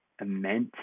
immense